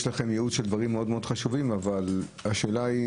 יש לכם ייעוד של דברים מאוד חשובים אבל השאלה היא